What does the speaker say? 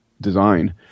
design